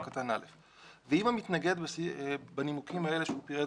ואם המתנגד בנימוקים האלה שהוא פירט